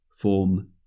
form